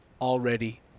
already